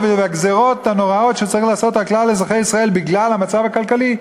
והגזירות הנוראות שצריכים לעשות על כלל אזרחי ישראל בגלל המצב הכלכלי,